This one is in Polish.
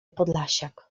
podlasiak